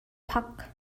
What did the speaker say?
phak